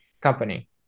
company